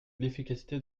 l’efficacité